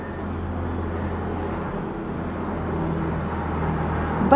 but